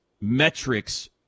metrics